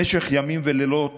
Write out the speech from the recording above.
במשך ימים ולילות